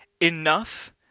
enough